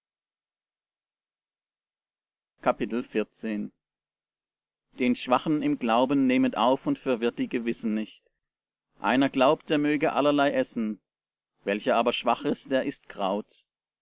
den schwachen im glauben nehmet auf und verwirrt die gewissen nicht einer glaubt er möge allerlei essen welcher aber schwach ist der ißt kraut